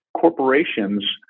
corporations